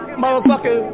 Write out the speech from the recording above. motherfucker